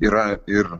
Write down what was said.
yra ir